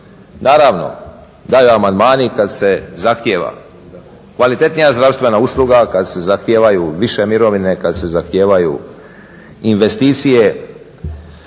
naravno daju amandmani i kad se zahtijeva kvalitetnija zdravstvena usluga, kad se zahtijevaju više mirovine, kad se zahtijevaju investicije